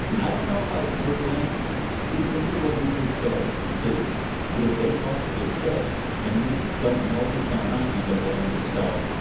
i don't know if i would blame i see this is what youtube so insidious because they fuck with your shit and you don't know if it's them or not you end up blaming yourself,